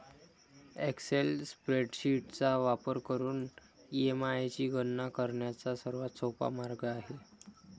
Excel spreadsheet चा वापर करून ई.एम.आय ची गणना करण्याचा सर्वात सोपा मार्ग आहे